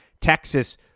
Texas